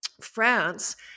France